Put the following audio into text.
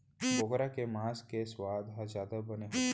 बोकरा के मांस के सुवाद ह जादा बने होथे